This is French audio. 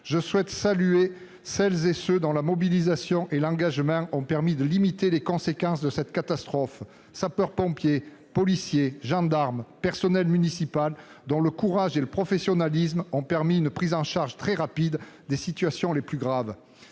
Je salue celles et ceux dont la mobilisation et l'engagement ont permis de limiter les conséquences de cette catastrophe : sapeurs-pompiers, policiers, gendarmes, personnel municipal, dont le courage et le professionnalisme ont permis une prise en charge très rapide des situations les plus graves.